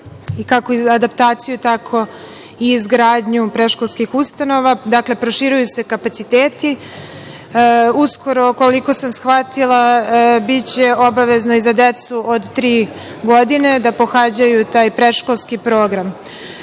kako u adaptaciju, tako i u izgradnju predškolskih ustanova. Dakle, proširuju se kapaciteti. Uskoro, koliko sam shvatila, biće obavezno i za decu od tri godine da pohađaju taj predškolski program. Ono